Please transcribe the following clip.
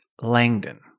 Langdon